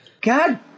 God